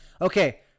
Okay